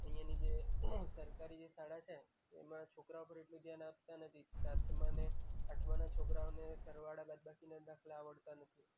અહીંની જે સરકારી જે શાળા છે એમાં છોકરાં ઉપર એટલું ધ્યાન આપતા નથી ત તમામને આઠમાના છોકરાંઓને સરવાળા બાદબાકીના દાખલા આવડતાં નથી